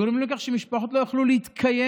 גורמים לכך שמשפחות לא יוכלו להתקיים,